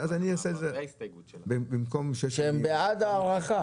שהם בעד ההארכה?